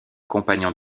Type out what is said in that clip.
compagnon